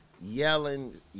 yelling